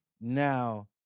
now